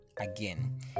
again